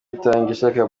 itangishaka